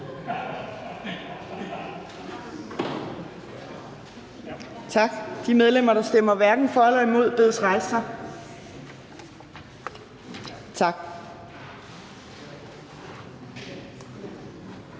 Tak. De medlemmer, der stemmer hverken for eller imod, bedes rejse sig. Tak.